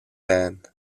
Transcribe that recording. band